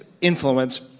influence